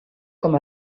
com